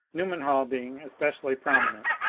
newman hall being especially prominent,